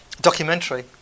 documentary